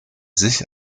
sich